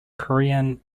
korean